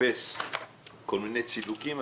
מחפש כל מיני צידוקים,